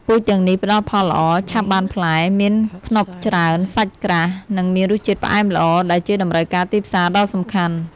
ពូជទាំងនេះផ្តល់ផលល្អ ឆាប់បានផ្លែ មានខ្នុបច្រើន សាច់ក្រាស់ និងមានរសជាតិផ្អែមល្អ ដែលជាតម្រូវការទីផ្សារដ៏សំខាន់។